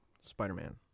Spider-Man